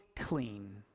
clean